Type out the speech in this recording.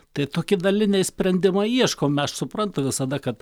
tai toki daliniai sprendimai ieškom mes aš suprantu visada kad